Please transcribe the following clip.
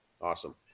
Awesome